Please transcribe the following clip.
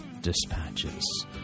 dispatches